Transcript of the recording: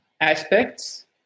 aspects